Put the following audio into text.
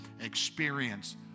experience